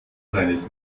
seines